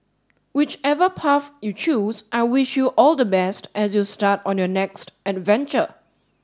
whichever path you choose I wish you all the best as you start on your next adventure